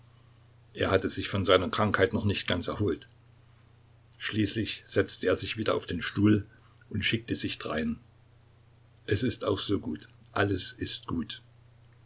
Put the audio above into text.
er hatte sich von seiner krankheit noch nicht ganz erholt schließlich setzte er sich wieder auf den stuhl und schickte sich drein es ist auch so gut alles ist gut